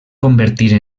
convertir